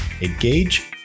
Engage